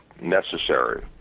necessary